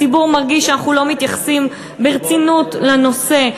הציבור מרגיש שאנחנו לא מתייחסים ברצינות לנושא.